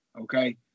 Okay